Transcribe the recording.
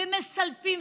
ומסלפים,